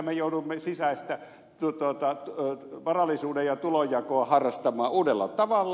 me joudumme sisäistä varallisuuden ja tulon jakoa harrastamaan uudella tavalla